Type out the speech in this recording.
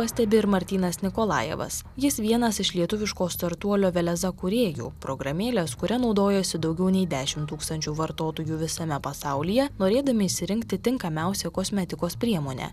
pastebi ir martynas nikolajevas jis vienas iš lietuviško startuolio veleza kūrėjų programėlės kuria naudojasi daugiau nei dešimt tūkstančių vartotojų visame pasaulyje norėdami išsirinkti tinkamiausią kosmetikos priemonę